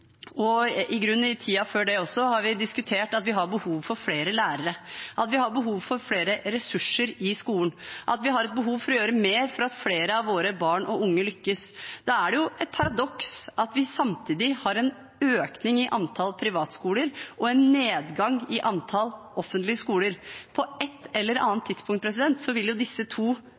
og i grunnen i tiden før det også, har vi diskutert at vi har behov for flere lærere, at vi har behov for flere ressurser i skolen, at vi har behov for å gjøre mer for at flere av våre barn og unge skal lykkes. Da er det et paradoks at vi samtidig har en økning i antall privatskoler og en nedgang i antall offentlige skoler. På et eller annet tidspunkt vil disse to krysse hverandre, og brorparten av de skolene vi har, vil